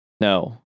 no